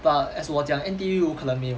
but as 我讲 N_T_U 有可能没有